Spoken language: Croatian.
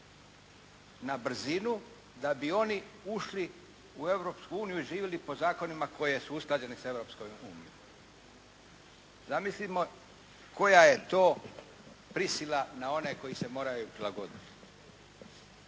na brzinu da bi oni ušli u Europsku uniju i živjeli po zakonima koji su usklađeni sa Europskom unijom. Zamislimo koja je to prisila na one koji se moraju prilagoditi.